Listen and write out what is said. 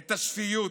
את השפיות,